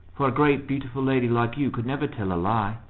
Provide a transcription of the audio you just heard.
for a great beautiful lady like you could never tell a lie.